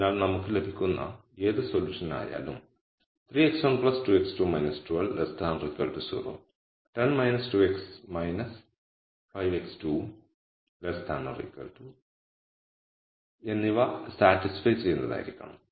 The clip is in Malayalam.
അതിനാൽ നമുക്ക് ലഭിക്കുന്ന ഏത് സൊല്യൂഷൻ ആയാലും 3x1 2x2 12 0 10 2 x 5 x2 എന്നിവ സാറ്റിസ്ഫൈ ചെയ്യുന്നതായിരിക്കണം